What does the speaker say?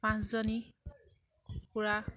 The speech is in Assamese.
পাঁচজনী কুকুৰা